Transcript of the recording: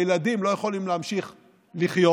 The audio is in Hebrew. הילדים לא יכולים להמשיך לחיות.